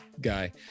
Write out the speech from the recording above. guy